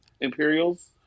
Imperials